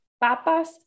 papas